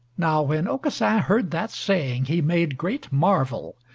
now when aucassin heard that saying, he made great marvel,